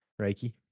Reiki